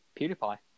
PewDiePie